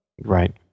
Right